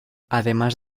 además